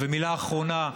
מילה אחרונה.